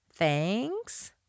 Thanks